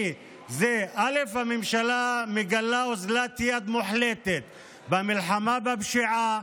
כי זה אומר שהממשלה מגלה אוזלת יד מוחלטת במלחמה בפשיעה.